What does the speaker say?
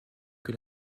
que